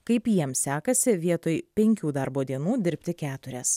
kaip jiems sekasi vietoj penkių darbo dienų dirbti keturias